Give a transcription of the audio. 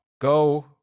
go